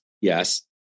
Yes